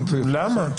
למה?